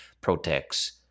protects